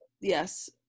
yes